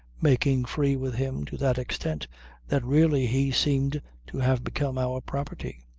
making free with him to that extent that really he seemed to have become our property,